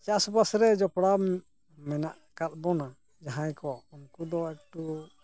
ᱪᱟᱥᱵᱟᱥ ᱨᱮ ᱡᱚᱯᱲᱟᱣ ᱢᱮᱱᱟᱜ ᱟᱠᱟᱫᱵᱚᱱᱟ ᱡᱟᱦᱟᱸᱭ ᱠᱚ ᱩᱱᱠᱩ ᱫᱚ ᱮᱠᱴᱩ